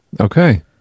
okay